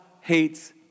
hates